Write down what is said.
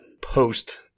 post